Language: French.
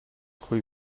rue